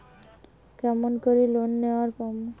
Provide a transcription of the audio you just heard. কেমন করি লোন নেওয়ার পামু?